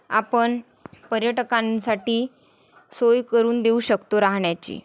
पर्यटकांसाठी सोय करून देऊ शकतो राहण्याची